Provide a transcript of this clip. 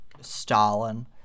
Stalin